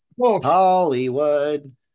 Hollywood